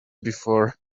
before